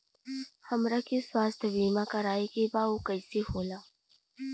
हमरा के स्वास्थ्य बीमा कराए के बा उ कईसे होला?